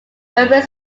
urban